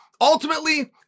Ultimately